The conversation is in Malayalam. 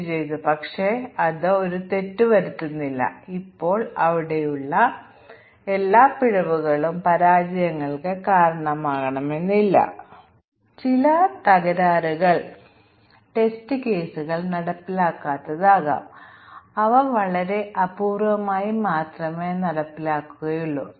നൂറുകണക്കിന് ആയിരക്കണക്കിന് ബഗുകൾ നിറഞ്ഞ ജങ്ക് പ്രോഗ്രാമുകൾ അവർ എഴുതുന്നില്ല ചില സ്റ്റേറ്റ്മെൻറ്കൾ പൂർണ്ണമായും അർത്ഥശൂന്യമാണ്